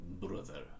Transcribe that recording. brother